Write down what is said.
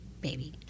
baby